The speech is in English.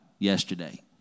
Yesterday